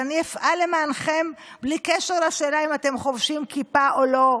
ואני אפעל למענכם בלי קשר לשאלה אם אתם חובשים כיפה או לא,